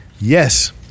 yes